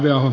kannatan